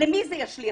למי זה ישליך,